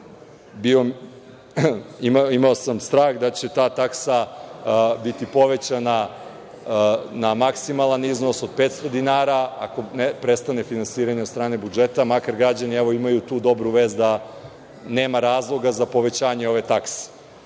sam strah da će ta taksa biti povećana na maksimalan iznos od 500 dinara. Ako ne prestane finansiranje od strane budžeta, makar građani imaju tu dobru vest da nema razloga za povećanje ove takse.